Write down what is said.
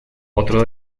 otro